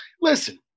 listen